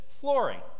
flooring